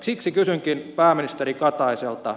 siksi kysynkin pääministeri kataiselta